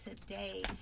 today